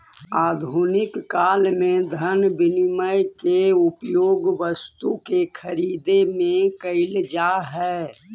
आधुनिक काल में धन विनिमय के उपयोग वस्तु के खरीदे में कईल जा हई